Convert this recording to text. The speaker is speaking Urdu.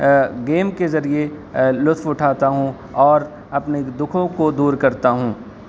گیم کے ذریعے لطف اٹھاتا ہوں اور اپنے دکھوں کو دور کرتا ہوں